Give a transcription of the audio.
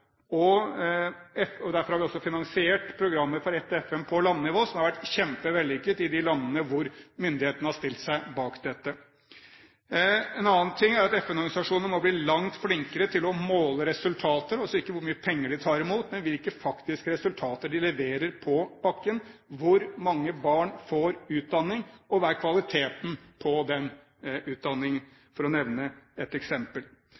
Derfor har vi også finansiert programmet «Ett FN» på landnivå, som har vært kjempevellykket i de landene hvor myndighetene har stilt seg bak dette. En annen ting er at FN-organisasjonene må bli langt flinkere til å måle resultatene, altså ikke hvor mye penger de tar imot, men hvilke faktiske resultater de leverer på bakken – hvor mange barn som får utdanning, og kvaliteten på den utdanningen, for å nevne et eksempel.